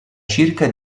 circa